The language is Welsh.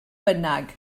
bynnag